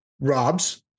Rob's